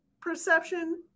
perception